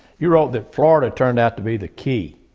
you wrote that florida turned out to be the key.